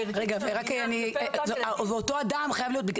הערכית --- ואותו אדם חייב להיות,